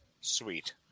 Sweet